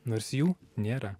nors jų nėra